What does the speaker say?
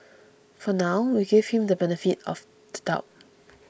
for now we give him the benefit of the doubt